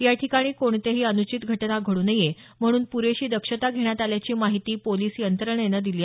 याठिकाणी कोणतीही अनूचित घटना घडू नये म्हणून पुरेशी दक्षता घेण्यात आल्याची माहिती पोलिस यंत्रणेनं दिली